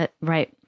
Right